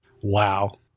wow